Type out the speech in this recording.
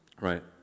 right